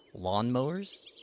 lawnmowers